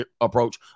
approach